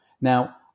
now